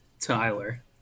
Tyler